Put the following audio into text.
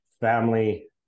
family